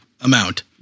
amount